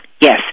Yes